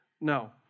No